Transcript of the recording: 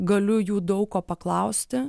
galiu jų daug ko paklausti